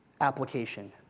application